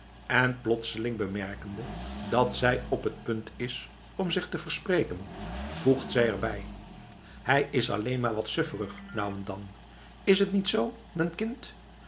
en plotseling bemerkende dat zij op het punt is om zich te verspreken voegt zij er bij hij is alleen maar wat sufferig nou en dan is het niet zoo m'n kind